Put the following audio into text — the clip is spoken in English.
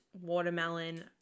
watermelon